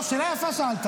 לא, שאלה יפה שאלת.